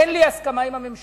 אין לי הסכמה עם הממשלה.